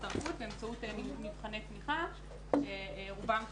תרבות באמצעות מבחני תמיכה שרובם תחומיים.